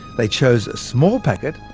they chose a small packet,